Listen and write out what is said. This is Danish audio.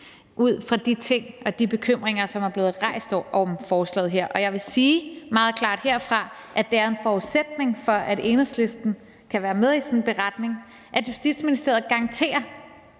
ud fra de ting og de bekymringer, som er blevet rejst i forbindelse med forslaget her. Og jeg vil sige meget klart herfra, at det er en forudsætning for, at Enhedslisten kan være med i sådan en beretning, at Justitsministeriet garanterer,